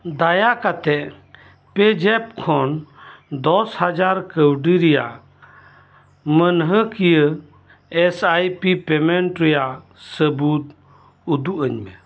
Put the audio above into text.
ᱫᱟᱭᱟ ᱠᱟᱛᱮᱫ ᱯᱮᱡᱮᱯ ᱠᱷᱚᱱ ᱫᱚᱥ ᱦᱟᱡᱟᱨ ᱠᱟᱹᱣᱰᱤ ᱨᱮᱭᱟᱜ ᱢᱟᱹᱱᱦᱟᱹ ᱠᱤᱭᱟᱹ ᱮᱥ ᱟᱭᱯᱤ ᱯᱮᱢᱮᱱᱴ ᱨᱮᱭᱟᱜ ᱥᱟᱹᱵᱩᱫ ᱨᱮᱭᱟᱜ ᱩᱫᱩᱜ ᱟᱹᱧᱢᱮ